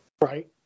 Right